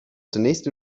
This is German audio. zunächst